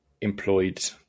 employed